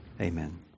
Amen